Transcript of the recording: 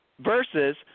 versus